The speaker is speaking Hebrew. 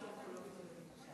להמטו-אונקולוגיה ילדים.